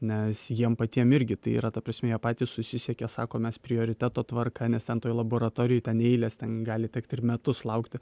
nes jiem patiem irgi tai yra ta prasme jie patys susisiekė sako mes prioriteto tvarka nes ten toj laboratorijoj ten eilės ten gali tekti ir metus laukti